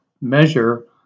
measure